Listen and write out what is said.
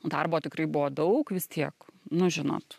darbo tikrai buvo daug vis tiek nu žinot